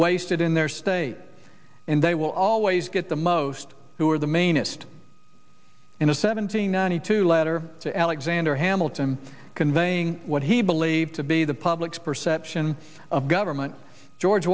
wasted in their state and they will always get the most who are the main asst in the seventy ninety two letter to alexander hamilton conveying what he believed to be the public's perception of government george